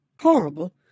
Horrible